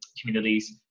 communities